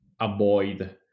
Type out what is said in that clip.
avoid